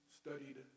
studied